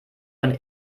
und